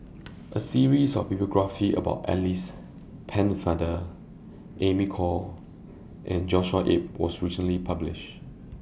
A series of biographies about Alice Pennefather Amy Khor and Joshua Ip was recently published